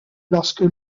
lorsque